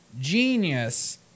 genius